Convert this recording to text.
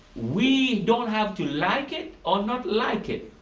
we don't have to like it or not like it.